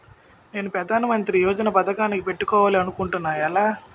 నేను ప్రధానమంత్రి యోజన పథకానికి పెట్టుకోవాలి అనుకుంటున్నా ఎలా?